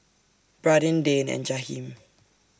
Bradyn Dayne and Jahiem